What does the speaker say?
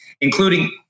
including